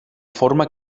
forma